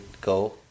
go